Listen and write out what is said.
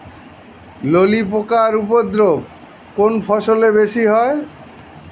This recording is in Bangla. ললি পোকার উপদ্রব কোন ফসলে বেশি হয়?